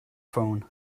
phone